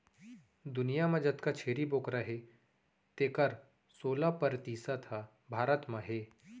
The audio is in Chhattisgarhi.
दुनियां म जतका छेरी बोकरा हें तेकर सोला परतिसत ह भारत म हे